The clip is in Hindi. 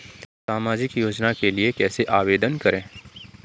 सामाजिक योजना के लिए कैसे आवेदन करें?